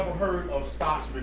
heard of stocks